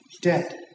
dead